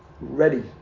ready